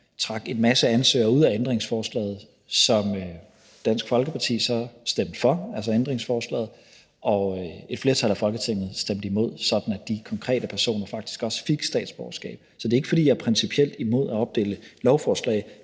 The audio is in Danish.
man trak en masse ansøgere ud af lovforslaget, og hvor Dansk Folkeparti stemte for ændringsforslaget og et flertal af Folketinget stemte imod, sådan at de konkrete personer faktisk også fik statsborgerskab. Så det er ikke, fordi jeg principielt er imod at opdele lovforslag,